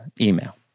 Email